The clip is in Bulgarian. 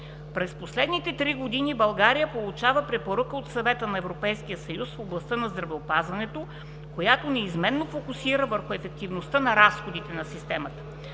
През последните три години България получава препоръка от Съвета на Европейския съюз в областта на здравеопазването, която неизменно фокусира върху ефективността на разходите на системата.